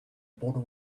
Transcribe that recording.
border